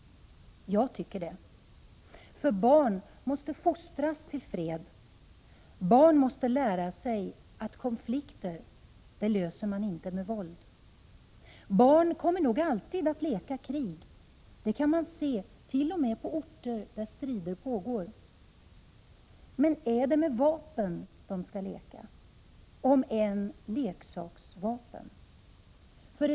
Jag tycker det, för barn måste fostras till fred. Barn måste lära sig att konflikter inte löses med våld. Barn kommer nog alltid att leka krig. Det kan man set.o.m. på orter där strider pågår. Men är det med vapen, om än leksaksvapen, de skall leka?